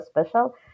special